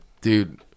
dude